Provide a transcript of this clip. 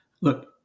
Look